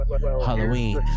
Halloween